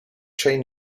chain